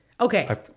okay